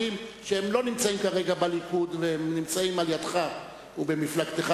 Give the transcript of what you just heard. שלא נמצאים כרגע בליכוד אלא נמצאים לידך ובמפלגתך,